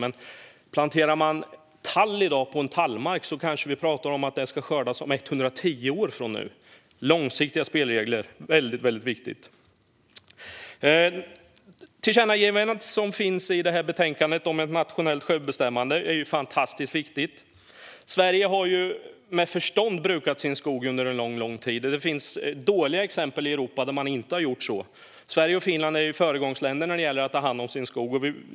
Men om man planterar tall i dag ska beståndet kanske skördas om 110 år. Långsiktiga spelregler är väldigt viktiga. Tillkännagivandet om nationellt självbestämmande i betänkandet är viktigt. Sverige har med förstånd brukat sin skog under lång tid. Det finns dåliga exempel i Europa där man inte har gjort så. Sverige och Finland är föregångsländer när det gäller att ta hand om sin skog.